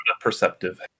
Perceptive